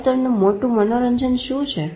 આવર્તનનું મોટું મનોરંજન શું છે